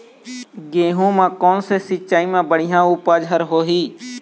गेहूं म कोन से सिचाई म बड़िया उपज हर होही?